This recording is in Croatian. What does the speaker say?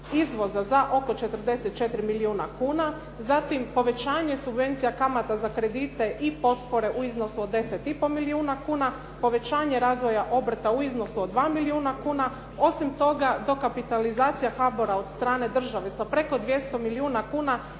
izvoza za oko 44 milijuna kuna, zatim povećanje subvencija kamata za kredite i potpore u iznosu od 10,5 milijuna kuna, povećanje razvoja obrta u iznosu od 2 milijuna kuna. Osim toga, dokapitalizacija HBOR-a od strane države sa preko 200 milijuna kuna